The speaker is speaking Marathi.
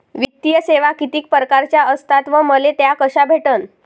वित्तीय सेवा कितीक परकारच्या असतात व मले त्या कशा भेटन?